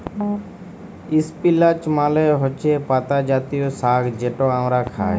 ইস্পিলাচ মালে হছে পাতা জাতীয় সাগ্ যেট আমরা খাই